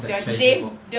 their treasure box